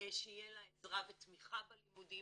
שתהיה לה עזרה ותמיכה בלימודים,